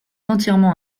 entièrement